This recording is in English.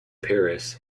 paris